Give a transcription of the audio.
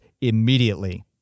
immediately